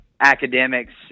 academics